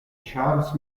charles